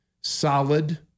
solid